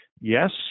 yes